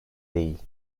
değil